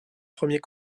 premiers